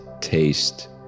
taste